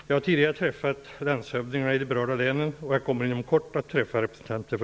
Jag har tidigare träffat landshövdingarna i de berörda länen, och jag kommer inom kort att träffa representanter för